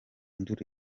ndour